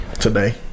Today